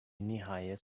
nihayet